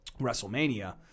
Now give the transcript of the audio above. WrestleMania